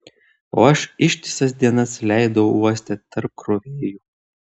o aš ištisas dienas leidau uoste tarp krovėjų